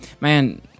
man